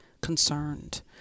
concerned